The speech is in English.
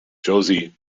josie